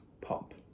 pop